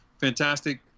fantastic